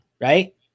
Right